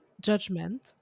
judgment